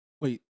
Wait